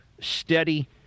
steady